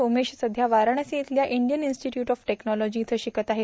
सोमेश सध्या वाराणसी इथल्या Indian Institute of Technology इथं शिकत आहे